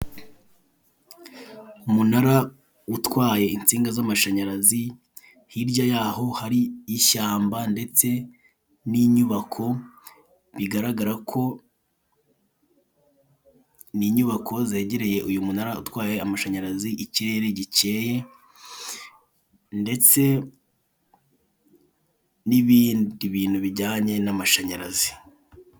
Umunara utwaye insinga z'amashanyarazi, hirya y'aho hari ishyamba ndetse n'inyubako, bigaragara ko ni inyubako zegereye uyu munara utwaye amashanyarazi ikirere gikeye ndetse n'ibindi bintu bijyanye n'amashanyarazi.